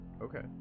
Okay